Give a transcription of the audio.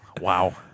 Wow